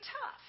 tough